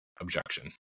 objection